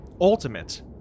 ultimate